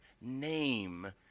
name